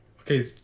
Okay